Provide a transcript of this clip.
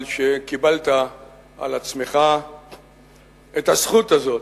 על שקיבלת על עצמך את הזכות הזאת,